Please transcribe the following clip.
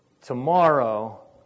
Tomorrow